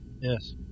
Yes